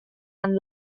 and